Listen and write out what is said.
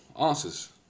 answers